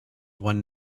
one